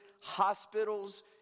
hospitals